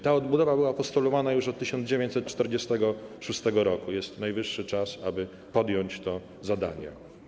Ta odbudowa była postulowana już od 1946 r., jest więc najwyższy czas, aby podjąć to zadanie.